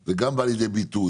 זה גם בא לידי ביטוי.